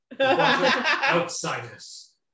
Outsiders